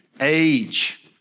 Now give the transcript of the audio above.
age